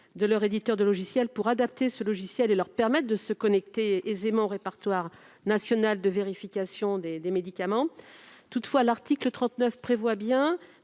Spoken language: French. de leur éditeur de logiciel pour adapter le logiciel et leur permettre de se connecter aisément au répertoire national de vérification des médicaments. Toutefois, l'article 39 prévoit bien